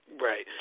Right